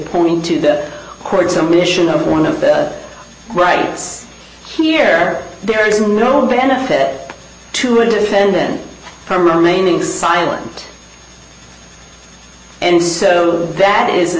point to the courts and mission of one of the rights here there is no benefit to a defendant from remaining silent and so that is a